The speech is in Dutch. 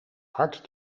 hard